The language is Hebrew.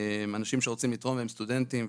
אנשים שרוצים לתרום והם סטודנטים,